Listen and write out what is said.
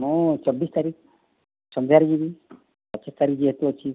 ମୁଁ ଚବିଶ ତାରିଖ ସଂନ୍ଧ୍ୟାରେ ଯିବି ପଚିଶ ତାରିଖ ଯେହେତୁ ଅଛି